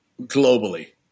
globally